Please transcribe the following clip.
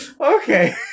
Okay